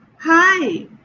Hi